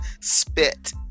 spit